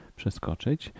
przeskoczyć